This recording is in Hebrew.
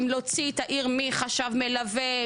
להוציא את העיר מחשב מלווה,